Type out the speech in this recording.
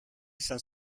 sans